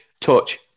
touch